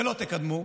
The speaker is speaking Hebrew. ולא תקדמו,